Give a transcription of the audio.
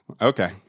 okay